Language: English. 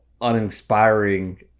uninspiring